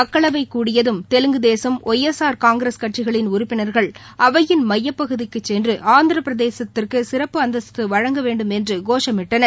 மக்களவை கூடியதும் Telugu Desam Y S R Congress கட்சிகளின் உறப்பினர்கள் அவையின் மைய பகுதிக்கு சென்று ஆந்திர பிரதேசத்துக்கு சிறப்பு அந்தஸ்து வழங்க வேண்டுமென்று கோஷமிட்டார்கள்